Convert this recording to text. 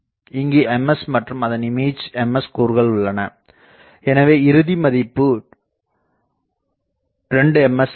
இங்கு Ms மற்றும் அதன் இமேஜ் Ms கூறுகள் உள்ளன எனவே இறுதிமதிப்பு 2Ms என்பது ஆகும்